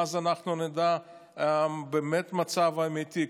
אז אנחנו נדע באמת מה המצב האמיתי.